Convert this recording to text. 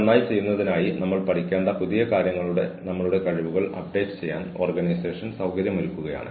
അതിനാൽ ഈ ഓപ്ഷൻ ഉപയോഗിക്കുന്നതിന് ആളുകൾക്ക് സ്ഥിരമായ നെറ്റ്വർക്ക് കണക്ഷനുകളിലേക്കോ ഫോൺ കണക്ഷനുകളിലേക്കോ ആക്സസ് ഉണ്ടായിരിക്കണം